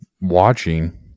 watching